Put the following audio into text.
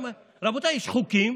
רבותיי, יש חוקים,